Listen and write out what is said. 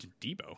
Debo